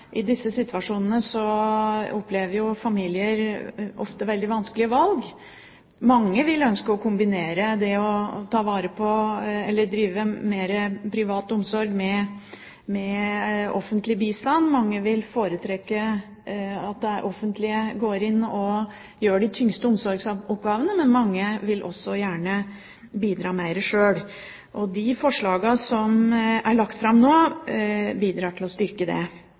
i disse situasjonene ofte opplever veldig vanskelige valg. Mange vil ønske å kombinere det å drive privat omsorg med offentlig bistand. Mange vil foretrekke at det offentlige går inn og gjør de tyngste omsorgsoppgavene, men mange vil også gjerne bidra mer sjøl. De forslagene som er lagt fram nå, bidrar til å styrke det.